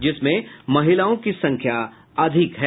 जिसमें महिलाओं की संख्या अधिक है